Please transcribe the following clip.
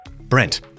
Brent